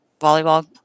volleyball